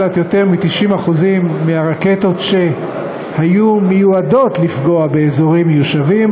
קצת יותר מ-90% מהרקטות שהיו מיועדות לפגוע באזורים מיושבים